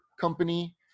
company